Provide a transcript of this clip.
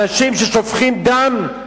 אנשים ששופכים דם,